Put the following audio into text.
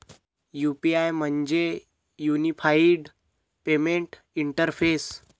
UPI म्हणजे unified payment interface